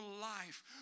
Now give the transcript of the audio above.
life